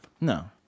No